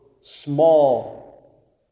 small